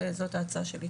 זאת ההצעה שלי,